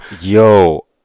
Yo